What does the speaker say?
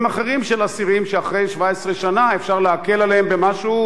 אחרים של אסירים שאחרי 17 שנה אפשר להקל עליהם במשהו,